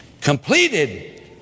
Completed